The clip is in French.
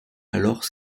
alors